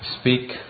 speak